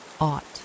ought